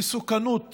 למסוכנות